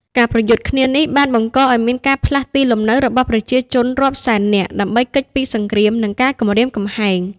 ការប្រយុទ្ធគ្នានេះបានបង្កឱ្យមានការផ្លាស់ទីលំនៅរបស់ប្រជាជនរាប់សែននាក់ ដើម្បីគេចពីសង្គ្រាម និងការគំរាមកំហែង។